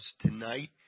tonight